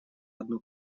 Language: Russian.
одну